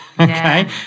okay